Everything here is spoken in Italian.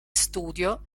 studio